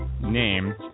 name